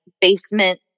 basement